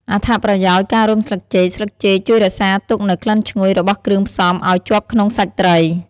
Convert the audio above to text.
អត្ថប្រយោជន៍ការរុំស្លឹកចេកស្លឹកចេកជួយរក្សាទុកនូវក្លិនឈ្ងុយរបស់គ្រឿងផ្សំឲ្យជាប់ក្នុងសាច់ត្រី។